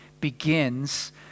begins